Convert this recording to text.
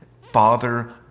Father